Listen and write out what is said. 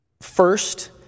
First